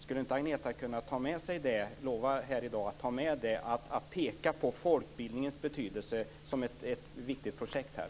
Skulle inte Agneta kunna lova här i dag att ta med sig det och att peka på folkbildningens betydelse som ett viktigt projekt här?